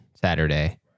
Saturday